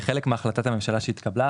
כחלק מהחלטת הממשלה שהתקבלה,